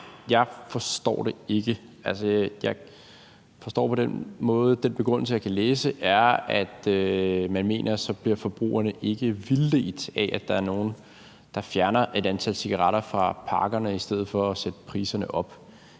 Jeg forstår på den begrundelse, jeg kan læse, at man mener, at så bliver forbrugerne ikke villedt af, at der er nogle, der fjerner et antal cigaretter fra pakkerne i stedet for at sætte priserne op.